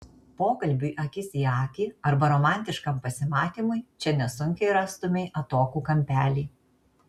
pokalbiui akis į akį arba romantiškam pasimatymui čia nesunkiai rastumei atokų kampelį